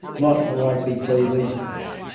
not a likely plea these days.